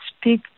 speak